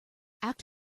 act